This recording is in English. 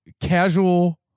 casual